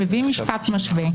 מביא משפט משווה,